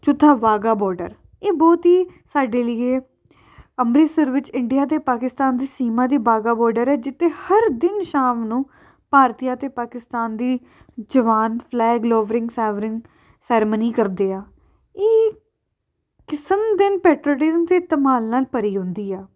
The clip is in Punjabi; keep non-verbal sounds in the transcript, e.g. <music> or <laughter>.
ਚੌਥਾ ਵਾਗਾ ਬੋਡਰ ਇਹ ਬਹੁਤ ਹੀ ਸਾਡੇ ਲੀਏ ਅੰਮ੍ਰਿਤਸਰ ਵਿੱਚ ਇੰਡੀਆ ਅਤੇ ਪਾਕਿਸਤਾਨ ਦੀ ਸੀਮਾ ਦੇ ਬਾਗਾ ਬੋਡਰ ਹੈ ਜਿੱਥੇ ਹਰ ਦਿਨ ਸ਼ਾਮ ਨੂੰ ਭਾਰਤੀ ਅਤੇ ਪਾਕਿਸਤਾਨ ਦੀ ਜਵਾਨ ਫਲੈਗ ਲੋਵਰਿੰਗ ਸੈਬਰਿੰਗ ਸੈਰਮਨੀ ਕਰਦੇ ਆ ਇਹ ਕਿਸਮ ਦਿਨ <unintelligible> ਦੀ ਧਮਾਲ ਨਾਲ ਭਰੀ ਹੁੰਦੀ ਆ